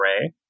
array